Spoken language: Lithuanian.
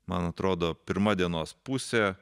man atrodo pirma dienos pusė